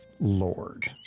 Lord